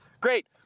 Great